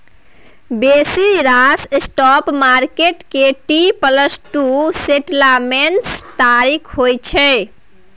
बेसी रास spot market के टी प्लस टू सेटलमेंट्स तारीख होइ छै